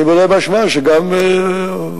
אני מודה באשמה שגם הורי,